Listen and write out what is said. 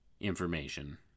information